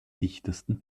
dichtesten